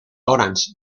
orange